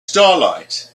starlight